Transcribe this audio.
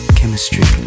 Chemistry